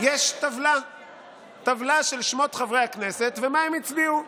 יש טבלה של שמות חברי הכנסת ומה הם הצביעו.